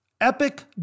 Epic